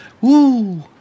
Woo